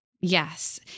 Yes